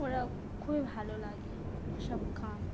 ওরা খুবই ভালো লাগে ওসব খান